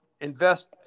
invest